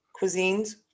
cuisines